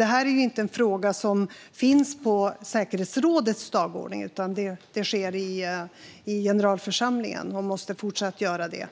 Detta är dock inte en fråga som finns på säkerhetsrådets dagordning, utan det sker i generalförsamlingen och måste även fortsättningsvis göra det.